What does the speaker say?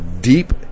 deep